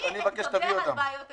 אני אתגבר על בעיות הניסוח.